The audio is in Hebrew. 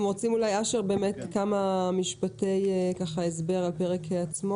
אשר, כמה מילים על פרק ה'.